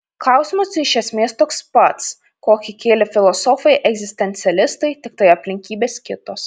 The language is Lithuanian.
klausimas iš esmės toks pats kokį kėlė filosofai egzistencialistai tiktai aplinkybės kitos